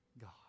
God